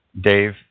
Dave